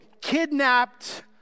kidnapped